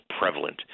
prevalent